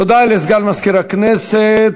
תודה לסגן מזכירת הכנסת.